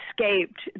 escaped